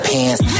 Pants